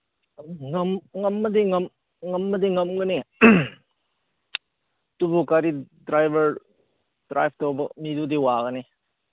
ꯉꯝꯕꯗꯤ ꯉꯝꯕꯗꯤ ꯉꯝꯒꯅꯤ ꯑꯗꯨꯕꯨ ꯒꯥꯔꯤ ꯗ꯭ꯔꯥꯏꯚꯔ ꯗ꯭ꯔꯥꯏꯚ ꯇꯧꯕ ꯃꯤꯗꯨꯗꯤ ꯋꯥꯒꯅꯤ